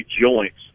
joints